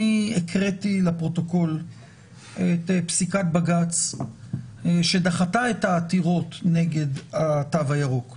אני הקראתי לפרוטוקול את פסיקת בג"ץ שדחתה את העתירות נגד התו הירוק,